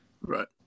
Right